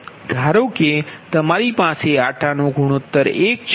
ધારો કે તમારી પાસે આંટા નો ગુણોત્તર એક છે